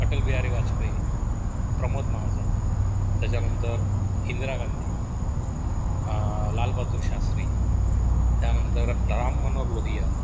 अटल बिहारी वाजपेयी प्रमोद महाजन त्याच्यानंतर इंदिरा गांधी लालबहादूर शास्त्री त्यानंतर राममनोहर लोहिया